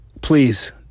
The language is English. Please